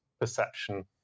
perception